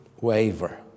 waver